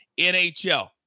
NHL